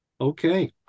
okay